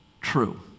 true